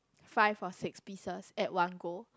five or six pieces at one go